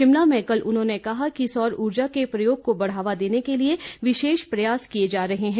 शिमला में कल उन्होंने कहा कि सौर उर्जा के प्रयोग को बढ़ावा देने के लिए विशेष प्रयास किए जा रहे हैं